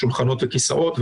שולחנות וכיסאות,